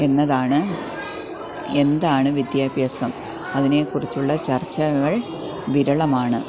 എന്നതാണ് എന്താണ് വിദ്യാഭ്യാസം അതിനെക്കുറിച്ചുള്ള ചർച്ചകൾ വിരളമാണ്